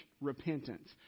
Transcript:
repentance